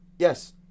Yes